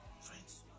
friends